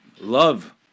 love